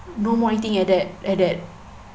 no more eating at that at that